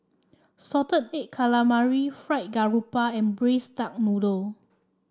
Salted Egg Calamari Fried Garoupa and Braised Duck Noodle